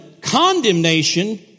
condemnation